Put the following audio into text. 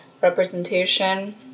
representation